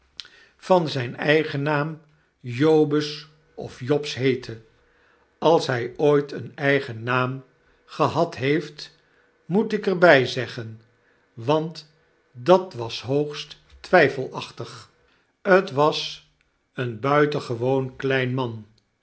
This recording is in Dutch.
van magsman eigen naam jobus of jobs heette als hij ooit een eigen naam gehad heeft moet ik er by zeggen want dat was hoogst twyfelachtig t was een buitengewoon klein man